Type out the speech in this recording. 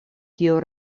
kiu